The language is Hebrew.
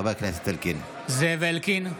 (קורא בשמות חברי הכנסת) זאב אלקין,